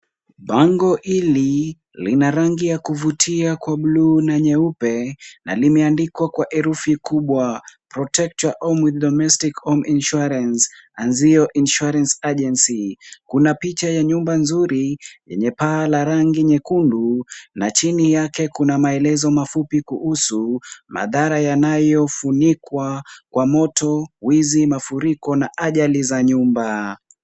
Bango hili lina rangi ya kuvutia kwa bluu na nyeupe na limeandikwa kwa herufi kubwa protect your home with domestic home insurance Anzio Insurance Agency. Kuna picha ya nyuma nzuri yenye paa la rangi nyekundu na chini yake kuna maelezo mafupi kuhusu madhara yanayofunikwa kwa moto, wizi, mafuriko na ajali za nyumba.